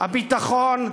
הביטחון,